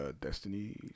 Destiny